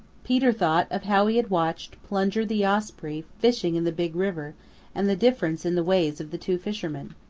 peter thought of how he had watched plunger the osprey fishing in the big river and the difference in the ways of the two fishermen.